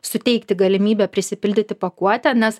suteikti galimybę prisipildyti pakuotę nes